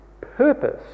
purpose